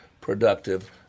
productive